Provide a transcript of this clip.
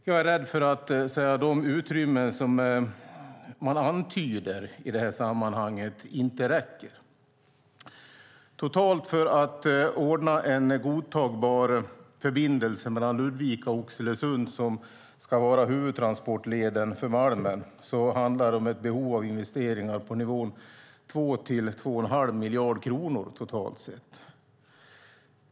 Jag är rädd för att det utrymme som man antyder i detta sammanhang inte räcker. För att ordna en godtagbar förbindelse mellan Ludvika och Oxelösund som ska vara huvudtransportleden för malmen handlar det om ett behov av investeringar på nivån 2-2 1⁄2 miljard kronor totalt sett.